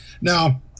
Now